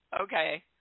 Okay